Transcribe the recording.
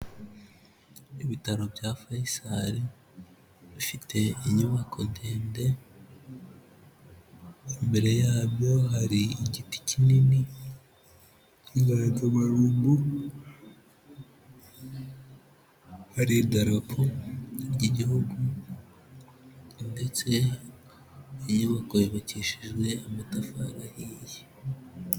Ibitaro bya Fayisali bifite inyubako ndende, imbere yabyo hari igiti kinini cy'inganzamarumbo, hari darapo ry'igihugu ndetse inyubako yubakishijwe amatafari ahiye.